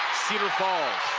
cedar falls